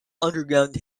underground